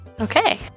Okay